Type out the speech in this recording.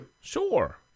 sure